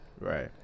right